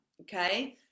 Okay